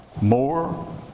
more